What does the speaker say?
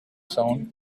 sound